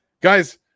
Guys